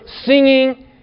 singing